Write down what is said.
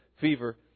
fever